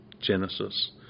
Genesis